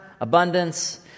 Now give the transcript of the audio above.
abundance